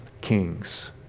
kings